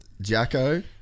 jacko